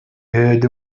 heard